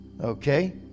Okay